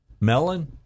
melon